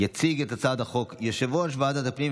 תודה רבה, מזל טוב ובהצלחה.